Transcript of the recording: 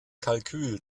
kalkül